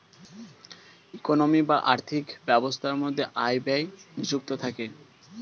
economy বা আর্থিক ব্যবস্থার মধ্যে আয় ব্যয় নিযুক্ত থাকে